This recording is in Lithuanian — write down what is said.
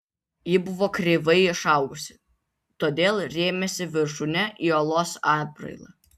ji buvo kreivai išaugusi todėl rėmėsi viršūne į uolos atbrailą